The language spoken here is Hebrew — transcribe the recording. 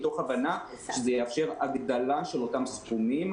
מתוך הבנה שזה יאפשר הגדלה של אותם סכומים.